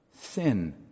sin